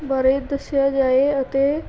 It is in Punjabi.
ਬਾਰੇ ਦੱਸਿਆ ਜਾਏ ਅਤੇ